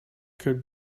could